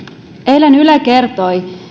eilen yle kertoi